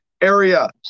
area